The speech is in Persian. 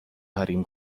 حریم